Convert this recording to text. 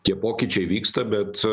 tie pokyčiai vyksta bet